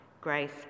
grace